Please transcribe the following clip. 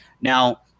Now